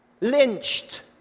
Lynched